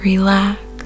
Relax